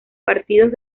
partidos